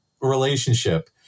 relationship